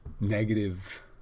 Negative